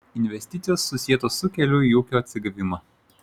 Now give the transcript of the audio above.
investicijos susietos su keliu į ūkio atsigavimą